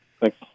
Thanks